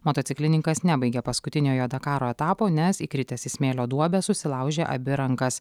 motociklininkas nebaigė paskutiniojo dakaro etapo nes įkritęs į smėlio duobę susilaužė abi rankas